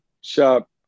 shop